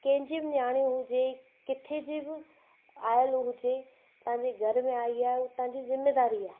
कंहिंजी बि नियाणी हुजे किथे जी बि आयल हुजे तव्हांजे घर में आई आहे उहा तव्हां जी ज़िम्मेदारी आहे